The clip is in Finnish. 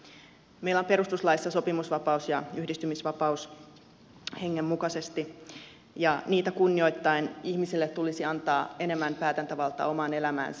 meillä on perustuslaissa sopimusvapaus ja yhdistymisvapaus tämän hengen mukaisesti ja niitä kunnioittaen ihmiselle tulisi antaa enemmän päätäntävaltaa omaan elämäänsä